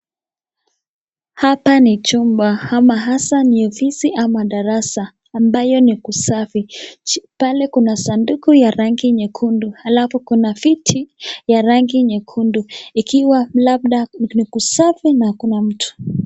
Hapa ni chumba ama hasa ni ofisi ama darasa ambayo ni kusafi. Pale kuna sanduku ya rangi nyekundu alafu kuna fiti ya rangi nyekundu. Ikiwa labda ni kusafi na kuna mtu.